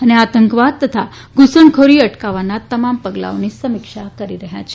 અને આતંકવાદ તથા ધુસણખોરી અટકાવવાનાં તમામ પગલાંઓની સમીક્ષા કરી રહ્યા છે